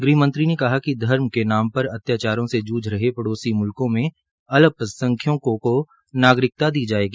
गृह मंत्री ने कहा कि धर्म के नाम पर अत्याचारों से जूझ रहे पड़ोसी मूलकों में अल्पसंख्यकों को नागरिकता दी जायेगी